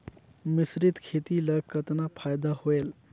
मिश्रीत खेती ल कतना फायदा होयल?